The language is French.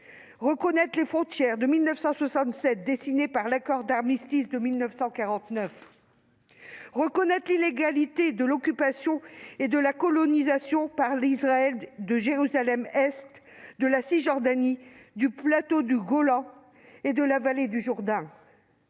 reconnaître les frontières de 1967 dessinées par l'accord d'armistice de 1949, de reconnaître l'illégalité de l'occupation et de la colonisation par Israël de Jérusalem-Est, de la Cisjordanie, du plateau du Golan et de la vallée du Jourdain,